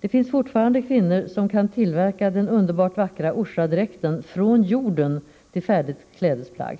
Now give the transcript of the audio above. Det finns fortfarande kvinnor som kan tillverka den underbart vackra Orsadräkten, från jorden till färdigt klädesplagg.